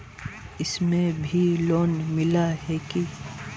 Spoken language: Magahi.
इसमें भी लोन मिला है की